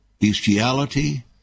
bestiality